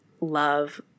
love